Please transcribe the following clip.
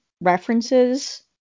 references